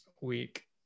week